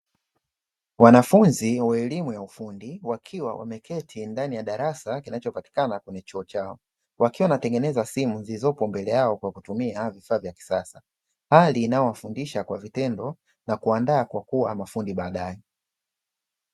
Wanafunzi wa elimu ya ufundi wakiwa wameketi ndani ya darasa kinachopatikana kwenye chuo chao, wakiwa wanatengeneza simu zilizopo mbele yao kwa kutumia vifaa vya kisasa, hali inayowafundisha kwa vitendo na kuwaandaa kwa kuwa mafundi baadaye.